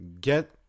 Get